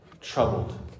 troubled